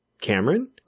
Cameron